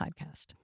podcast